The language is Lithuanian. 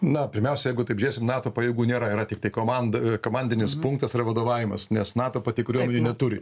na pirmiausia jeigu taip žiūrėsim nato pajėgų nėra yra tiktai komand komandinis punktas yra vadovavimas nes nato pati kariuomenių neturi